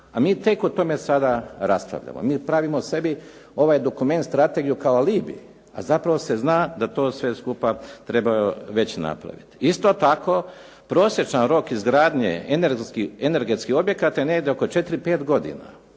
A mi tek o tome sada raspravljamo. Mi pravimo sebi ovaj dokument, strategiju kao alibi. A zapravo se zna da to sve skupa trebalo je već napraviti. Isto tako prosječan rok izgradnje energetskih objekata je negdje oko 4, 5 godina,